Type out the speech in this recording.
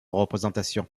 représentation